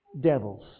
Devils